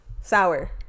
Sour